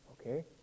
Okay